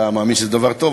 אתה מאמין שזה דבר טוב,